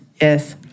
Yes